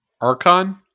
Archon